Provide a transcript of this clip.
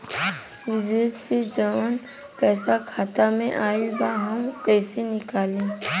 विदेश से जवन पैसा खाता में आईल बा हम कईसे निकाली?